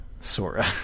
Sora